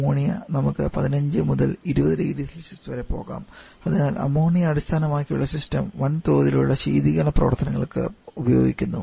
ammonia നമുക്ക് 15 മുതൽ 200C വരെ പോകാം അതിനാൽ അമോണിയ അടിസ്ഥാനമാക്കിയുള്ള സിസ്റ്റം വലിയതോതിലുള്ള ശീതീകരണ പ്രവർത്തനങ്ങൾക്ക് ഉപയോഗിക്കുന്നു